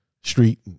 street